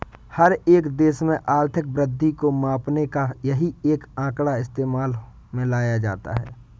हर एक देश में आर्थिक वृद्धि को मापने का यही एक आंकड़ा इस्तेमाल में लाया जाता है